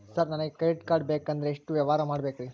Sir ನನಗೆ credit card ಬೇಕಂದ್ರೆ ಎಷ್ಟು ವ್ಯವಹಾರ ಮಾಡಬೇಕ್ರಿ?